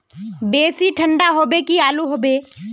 बेसी ठंडा होबे की आलू होबे